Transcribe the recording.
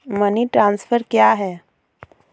Money transfer क्या है?